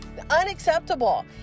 unacceptable